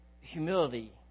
humility